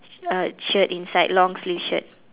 uh shirt inside long sleeve shirt